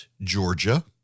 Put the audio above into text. Georgia